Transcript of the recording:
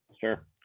Sure